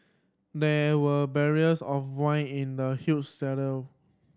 there were barrels of wine in the huge cellar